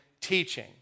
teaching